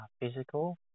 physical